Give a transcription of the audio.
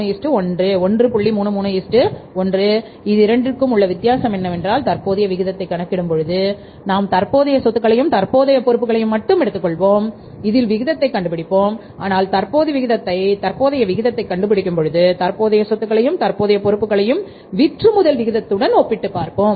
331 இது இரண்டிற்கும் உள்ள வித்தியாசம் என்னவென்றால் தற்போதைய விகிதத்தை கணக்கிடும் பொழுது நாம் தற்போதைய சொத்துக்களையும் தற்போதைய பொறுப்புகளையும் மட்டும் எடுத்துக்கொள்வோம் அதில் விகிதத்தை கண்டுபிடிப்போம் ஆனால் தற்போது விகிதத்தை கண்டுபிடிக்கும் பொழுது தற்போதைய சொத்துக்களையும் தற்போதைய பொறுப்புகளையும் விற்றுமுதல் விகிதத்துடன் ஒப்பிட்டு பார்ப்போம்